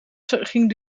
ging